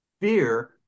fear